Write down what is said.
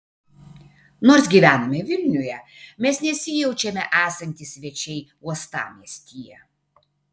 nors gyvename vilniuje mes nesijaučiame esantys svečiai uostamiestyje